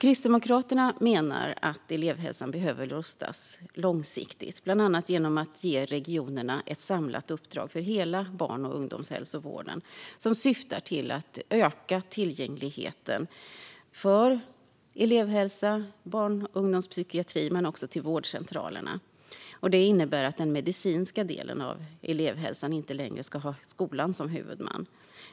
Kristdemokraterna menar att elevhälsan behöver rustas långsiktigt, bland annat genom att regionerna ges ett samlat uppdrag för hela barn och ungdomshälsovården som syftar till att öka tillgängligheten såväl till elevhälsan och barn och ungdomspsykiatrin som till vårdcentralerna. Detta innebär att den medicinska delen av elevhälsan inte längre ska ha skolan som huvudman.